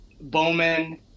Bowman